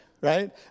right